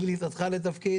עם כניסתך לתפקיד,